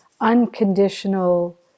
unconditional